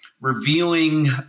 revealing